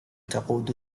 تقود